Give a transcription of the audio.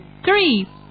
three